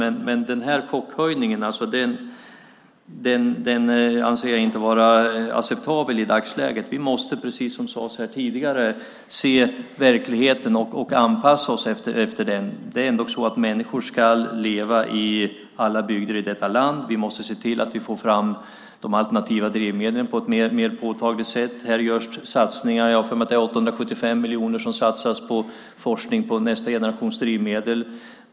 Men denna chockhöjning anser jag inte vara acceptabel i dagsläget. Vi måste, precis som sades här tidigare, se verkligheten och anpassa oss efter den. Det är ändå så att människor ska leva i alla bygder i detta land. Vi måste se till att vi får fram alternativa drivmedel på ett mer påtagligt sätt. Här görs satsningar på 875 miljoner på forskning i nästa generations drivmedel.